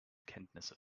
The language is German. kenntnisse